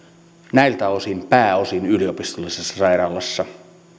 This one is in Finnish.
näiltä osin pääosin yliopistollisessa sairaalassa